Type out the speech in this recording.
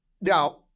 Now